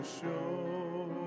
show